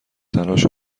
تلاش